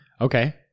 Okay